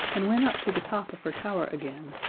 and went up to the top of her tower again.